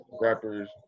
rappers